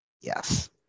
Yes